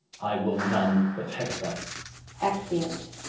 i will none but hector. exeunt